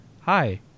Hi